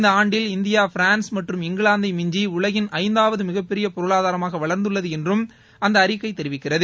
இந்த ஆண்டில் India France மற்றும் இங்கிலாந்தை மிஞ்சி உலகின் ஐந்தாவது மிகப்பெரிய பொருளாதாரமாக வளர்ந்துள்ளது என்றும் அந்த அறிக்கை தெரிவிக்கிறது